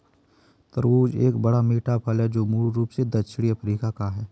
तरबूज एक बड़ा, मीठा फल है जो मूल रूप से दक्षिणी अफ्रीका का है